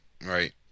Right